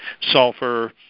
Sulfur